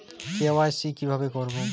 KYC কিভাবে করব?